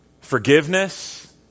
Forgiveness